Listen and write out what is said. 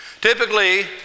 Typically